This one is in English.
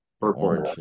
purple